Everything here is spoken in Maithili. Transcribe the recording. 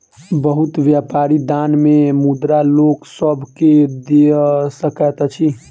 बहुत व्यापारी दान मे मुद्रा लोक सभ के दय दैत अछि